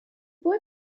boy